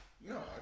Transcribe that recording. No